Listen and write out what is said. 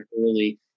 early